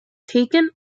taken